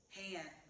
hand